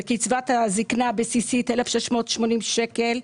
את קצבת הזקנה בסכום של 1,684 שקל,